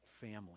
family